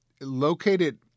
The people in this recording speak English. located